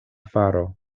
faro